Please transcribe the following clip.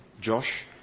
Josh